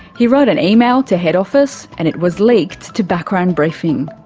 he wrote an email to head office, and it was leaked to background briefing.